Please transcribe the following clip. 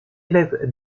élève